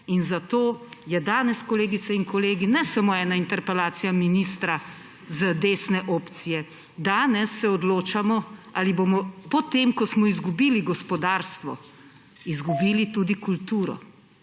In zato je danes, kolegice in kolegi, ne samo ena interpelacija ministra z desne opcije, danes se odločamo, ali bomo, potem ko smo izgubili gospodarstvo, izgubili tudi kulturo.